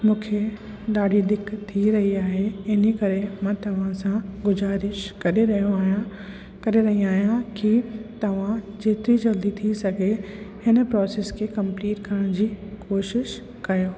मूंखे ॾाढी दिक़त थी रही आहे इन करे मां तव्हां सां गुज़ारिश करे रहियो आहियां करे रही आहियां की तव्हां जेतिरी जल्दी थी सघे हिन प्रोसेस खे कंपलीट करण जी कोशिशि कयो